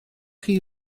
chi